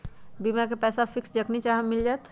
बीमा के पैसा फिक्स जखनि चाहम मिल जाएत?